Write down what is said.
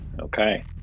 Okay